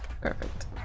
Perfect